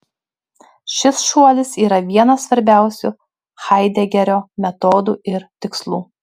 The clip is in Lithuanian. šis šuolis yra vienas svarbiausių haidegerio metodų ir tikslų